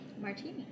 Martini